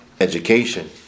education